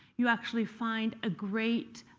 you actually find a great